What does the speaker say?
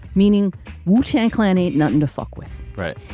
meaning wu tang clan ain't nothing to fuck with right.